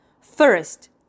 First